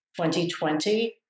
2020